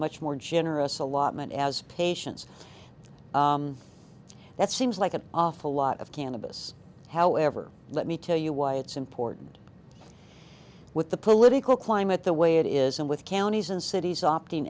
much more generous allotment as patients that seems like an awful lot of cannabis however let me tell you why it's important with the political climate the way it is and with counties and cities opting